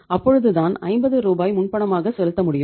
அப்பொழுதுதான் 50 ரூபாயை முன்பணமாக செலுத்த முடியும்